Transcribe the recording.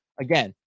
Again